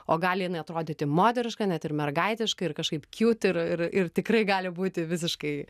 o gali jinai atrodyti moteriška net ir mergaitiška ir kažkaip kjut ir ir tikrai gali būti visiškai